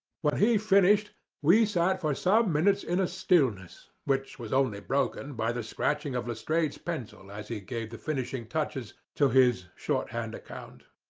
when he finished we sat for some minutes in a stillness which was only broken by the scratching of lestrade's pencil as he gave the finishing touches to his shorthand account.